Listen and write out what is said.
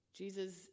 Jesus